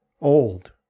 old